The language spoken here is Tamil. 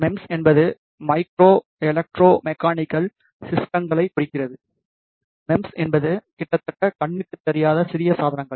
மெம்ஸ் என்பது மைக்ரோ எலக்ட்ரோ மெக்கானிக்கல் சிஸ்டங்களை குறிக்கிறது மெம்ஸ் என்பது கிட்டத்தட்ட கண்ணுக்கு தெரியாத சிறிய சாதனங்கள்